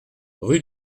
rue